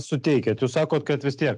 suteikiat jūs sakot kad vis tiek